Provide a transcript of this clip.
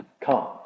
come